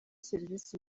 serivisi